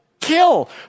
kill